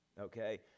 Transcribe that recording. okay